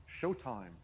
Showtime